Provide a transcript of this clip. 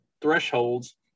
thresholds